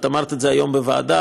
את אמרת את זה היום בוועדה,